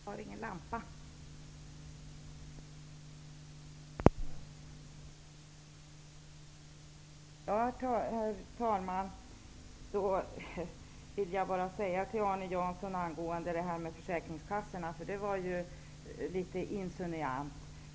Herr talman! Arne Janssons uttalande om försäkringskassorna var litet insinuant.